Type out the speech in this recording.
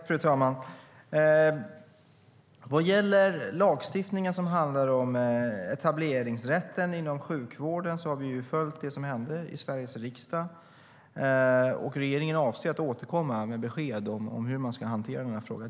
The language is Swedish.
Fru talman! Vad gäller lagstiftningen gällande etableringsrätt inom sjukvården har vi följt det som hände i Sveriges riksdag. Regeringen avser att återkomma med besked om hur man ska hantera den här frågan.